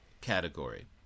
category